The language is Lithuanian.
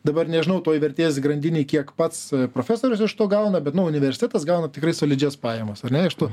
dabar nežinau toj vertės grandinėj kiek pats profesorius iš to gauna bet nu universitetas gauna tikrai solidžias pajamas ar ne iš to